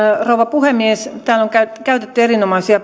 rouva puhemies täällä on käytetty käytetty erinomaisia